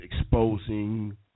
exposing